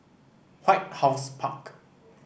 White House Park